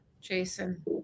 Jason